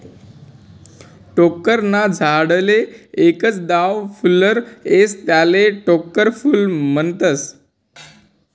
टोक्कर ना झाडले एकच दाव फुल्लर येस त्याले टोक्कर फूल म्हनतस